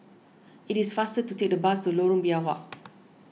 it is faster to take the bus to Lorong Biawak